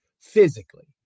Physically